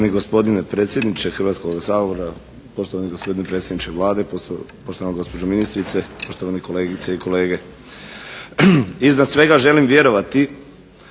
Hrvatskoga sabora,